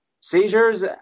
seizures